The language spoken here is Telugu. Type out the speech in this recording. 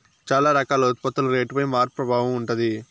చాలా రకాల ఉత్పత్తుల రేటుపై మార్పు ప్రభావం ఉంటది